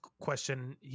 question